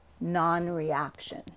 non-reaction